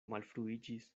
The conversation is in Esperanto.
malfruiĝis